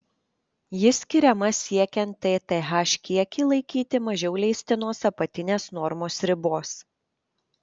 ji skiriama siekiant tth kiekį laikyti mažiau leistinos apatinės normos ribos